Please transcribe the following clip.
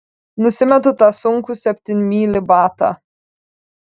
nusimetu tą sunkų septynmylį batą